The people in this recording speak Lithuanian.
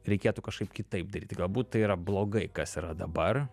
reikėtų kažkaip kitaip daryti galbūt tai yra blogai kas yra dabar